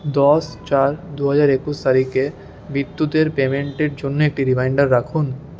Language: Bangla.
দশ চার দুহাজার একুশ তারিখে বিদ্যুতের পেমেন্টের জন্য একটি রিমাইন্ডার রাখুন